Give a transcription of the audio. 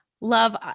love